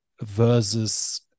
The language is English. versus